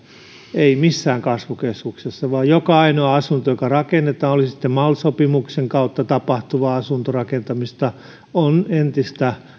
ei missään kasvukeskuksessa vaan joka ainoa asunto joka rakennetaan oli se sitten mal sopimuksen kautta tapahtuvaa asuntorakentamista tai muuta on entistä